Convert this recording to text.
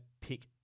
pick